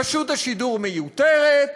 רשות השידור מיותרת,